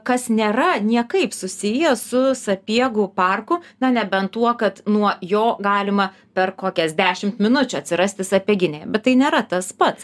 kas nėra niekaip susiję su sapiegų parku na nebent tuo kad nuo jo galima per kokias dešimt minučių atsirasti sapieginėje bet tai nėra tas pats